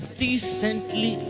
decently